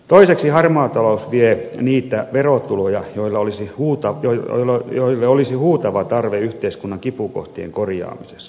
toiseksi harmaa talous vie niitä verotuloja joille olisi huutava tarve yhteiskunnan kipukohtien korjaamisessa